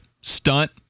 stunt